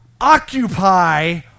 Occupy